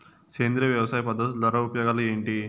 సేంద్రియ వ్యవసాయ పద్ధతుల ద్వారా ఉపయోగాలు ఏంటి?